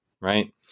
Right